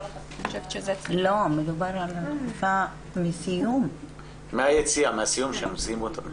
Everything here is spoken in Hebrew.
מדובר על היציאה מהמקלט.